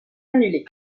annulée